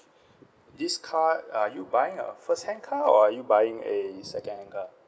this car are you buying a first hand car or are you buying a second hand car